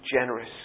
generous